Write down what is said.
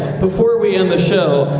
before we end the show,